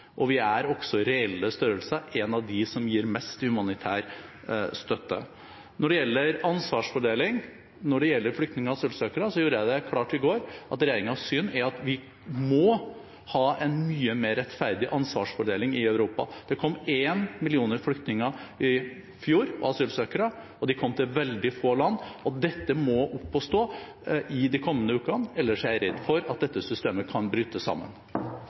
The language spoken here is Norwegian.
Vi er også i reell størrelse en av dem som gir mest i humanitær støtte. Når det gjelder ansvarsfordeling i spørsmålet om flyktninger og asylsøkere, gjorde jeg det i går klart at regjeringens syn er at vi må ha en mye mer rettferdig ansvarsfordeling i Europa. Det kom 1 million flyktninger og asylsøkere i fjor, og de kom til veldig få land. Dette må opp og stå i de kommende ukene, ellers er jeg redd for at dette systemet kan bryte sammen.